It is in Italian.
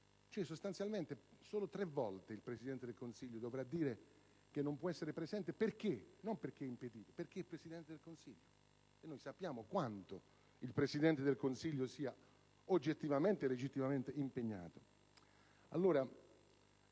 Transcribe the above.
Sostanzialmente solo tre volte il Presidente del Consiglio dovrà dire che non può essere presente, e non perché è impedito ma perché è il Presidente del Consiglio. E noi non sappiamo quanto il Presidente del Consiglio sia oggettivamente e legittimamente impegnato.